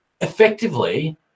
effectively